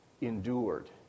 endured